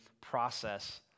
process